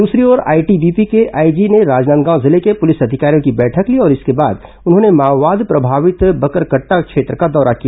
दूसरी ओर आईटीबीपी के आईजी ने राजनांदगांव जिले के पुलिस अधिकारियों की बैठक ली और इसके बाद उन्होंने माओवाद प्रभावित बकरकट्टा क्षेत्र का दौरा किया